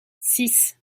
six